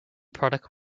product